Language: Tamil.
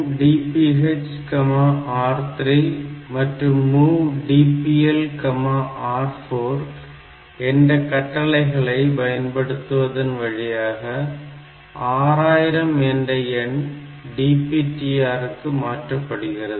MOV DPHR3 மற்றும் MOV DPLR4 என்ற கட்டளைகளை பயன்படுத்துவதன் வழியாக 6000 என்ற எண் DPTR க்கு மாற்றப்படுகிறது